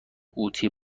قوطی